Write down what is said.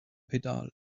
pedal